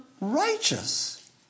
righteous